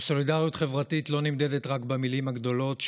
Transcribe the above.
וסולידריות חברתית לא נמדדת רק במילים הגדולות,